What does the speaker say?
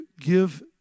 give